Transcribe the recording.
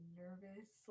nervous